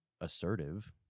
assertive